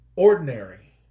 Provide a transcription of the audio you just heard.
Ordinary